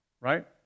right